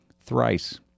Thrice